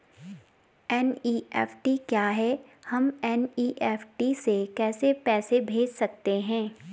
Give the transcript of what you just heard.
NEFT क्या है हम एन.ई.एफ.टी से कैसे पैसे भेज सकते हैं?